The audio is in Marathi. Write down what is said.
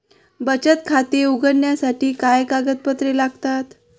बचत खाते उघडण्यासाठी काय कागदपत्रे लागतात?